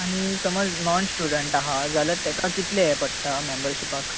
आनी समज non student आहा जाल्यार तेका कितलें हे पडटा मँम्बरशिपाक